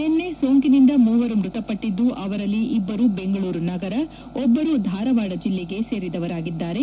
ನಿನ್ನೆ ಸೋಂಕಿನಿಂದ ಮೂವರು ಮೃತಪಟ್ಟಿದ್ದು ಅವರಲ್ಲಿ ಇಬ್ಬರು ಬೆಂಗಳೂರು ನಗರ ಒಬ್ಬರು ಧಾರವಾಡ ಜಿಲ್ಲೆಗೆ ಸೇರಿದವರಾಗಿದ್ದಾರೆ